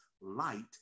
light